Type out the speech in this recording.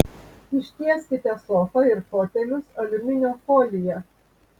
ištieskite sofą ir fotelius aliuminio folija